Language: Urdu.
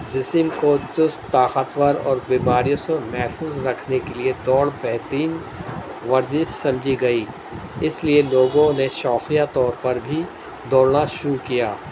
جسم کو چست طاقتور اور بیماریوں سے محفوظ رکھنے کے لیے دوڑ بہترین ورزش سمجھی گئی اس لیے لوگوں نے شوقیہ طور پر بھی دوڑنا شروع کیا